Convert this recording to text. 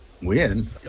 win